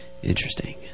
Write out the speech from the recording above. Interesting